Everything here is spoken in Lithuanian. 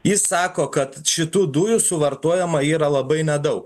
jis sako kad šitų dujų suvartojama yra labai nedaug